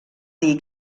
dir